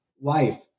life